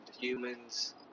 humans